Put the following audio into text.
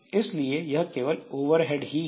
इसलिए यह केवल ओवरहेड ही है